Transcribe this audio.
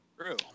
true